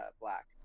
black